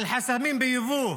על החסמים ביבוא,